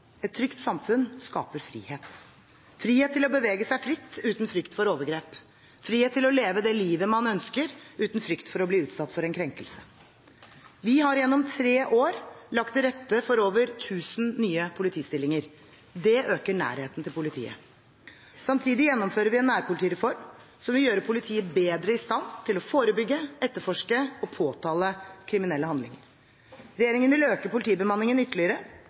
Et trygt samfunn skaper frihet – frihet til å bevege seg fritt uten frykt for overgrep, frihet til å leve det livet en ønsker, uten frykt for å bli utsatt for krenkelse. Vi har gjennom tre år i regjering lagt til rette for over 1000 nye politistillinger. Det øker nærheten til politiet. Samtidig gjennomfører vi en nærpolitireform som vil gjøre politiet bedre i stand til å forebygge, etterforske og påtale kriminelle handlinger. Regjeringen vil øke politibemanningen ytterligere,